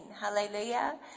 Hallelujah